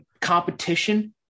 competition